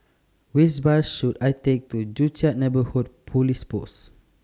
Which Bus should I Take to Joo Chiat Neighbourhood Police Post